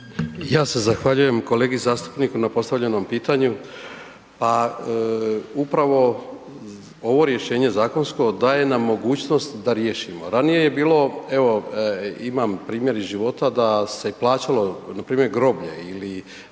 Ja se zahvaljujem kolegi zastupniku na postavljenom pitanju. Pa upravo ovo rješenje zakonsko daje nam mogućnost da riješimo. Ranije je bilo evo imam primjer iz života da se plaćalo, npr. groblje ili